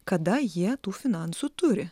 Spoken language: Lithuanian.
kada jie tų finansų turi